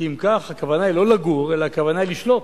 כי אם כך, הכוונה היא לא לגור, הכוונה היא לשלוט.